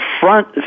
front